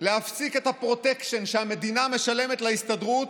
להפסיק את הפרוטקשן שהמדינה משלמת להסתדרות,